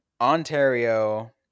Ontario